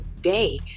day